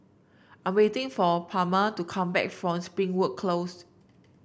I'm waiting for Palma to come back from Springwood Close